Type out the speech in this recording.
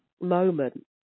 moment